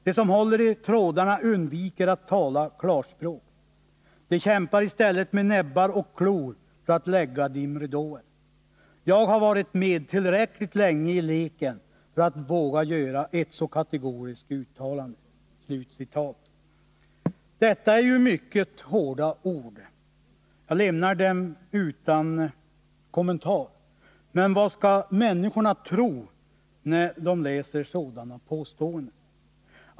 De som håller i trådarna undviker att tala klarspråk. De kämpar i stället med näbbar och klor för att lägga dimridåer. Jag har varit med tillräckligt länge i leken för att våga göra ett så kategoriskt uttalande.” Detta är mycket hårda ord, och jag lämnar dem utan kommentar. Men vad skall människorna tro när de läser sådana påståenden?